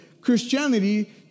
Christianity